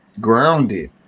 grounded